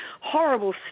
horrible